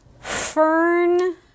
Fern